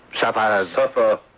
Suffer